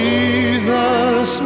Jesus